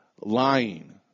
lying